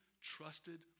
trusted